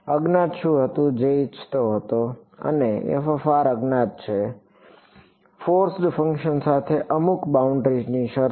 અજ્ઞાત શું હતું જે હું ઇચ્છતો હતો અને અજ્ઞાત છે ફોર્સડ્ ફંક્શન સાથે અમુક બાઉન્ડ્રી શરતો